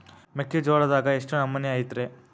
ಮೆಕ್ಕಿಜೋಳದಾಗ ಎಷ್ಟು ನಮೂನಿ ಐತ್ರೇ?